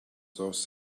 those